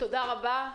תודה רבה.